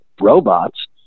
robots